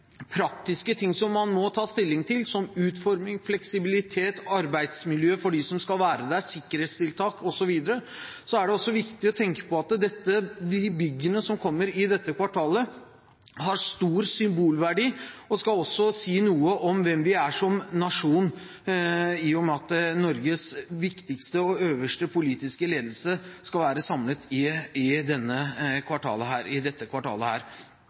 praktiske ting som man må ta stilling til, som utforming, fleksibilitet, arbeidsmiljø for dem som skal være der, sikkerhetstiltak osv., er det også viktig å tenke på at de byggene som kommer i dette kvartalet, har stor symbolverdi og også skal si noe om hvem vi er som nasjon, i og med at Norges viktigste og øverste politiske ledelse skal være samlet i dette kvartalet.